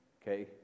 Okay